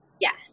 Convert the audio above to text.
Yes